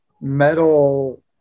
metal